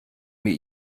mir